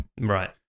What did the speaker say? Right